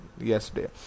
yesterday